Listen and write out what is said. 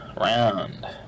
round